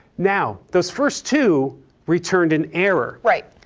now those first two returned an error. right.